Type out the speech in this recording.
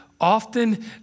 often